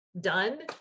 done